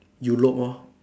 you loop loh